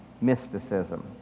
mysticism